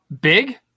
Big